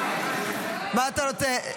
מה אתה רוצה?